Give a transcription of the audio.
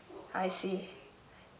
I see